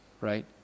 right